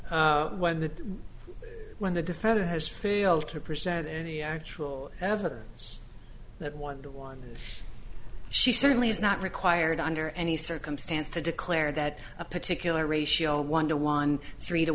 when the when the defender has failed to present any actual evidence that one to one she certainly is not required under any circumstance to declare that a particular ratio of one to one three to